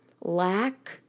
lack